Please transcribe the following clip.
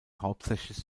hauptsächlich